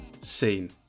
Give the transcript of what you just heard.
scene